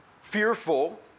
fearful